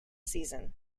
season